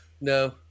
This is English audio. No